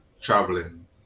traveling